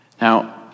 Now